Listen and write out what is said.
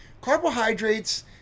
Carbohydrates